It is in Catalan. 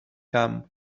camp